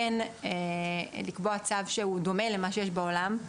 לוועדה הזאת לקבוע צו שהוא דומה למה שיש בעולם,